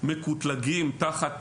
מקוטלגים תחת